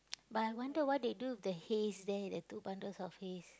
but I wonder what they do with the hays there the two bundles of hays